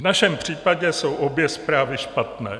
V našem případě jsou obě zprávy špatné.